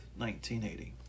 1980